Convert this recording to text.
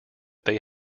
they